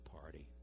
party